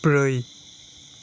ब्रै